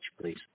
please